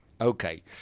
Okay